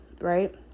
right